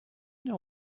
know